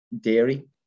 dairy